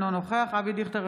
אינו נוכח אבי דיכטר,